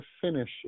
finish